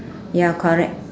ya correct